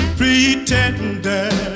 pretender